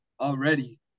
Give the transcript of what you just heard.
already